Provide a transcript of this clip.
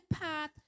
path